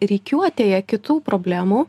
rikiuotėje kitų problemų